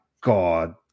God